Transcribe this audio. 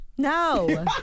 No